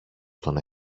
στον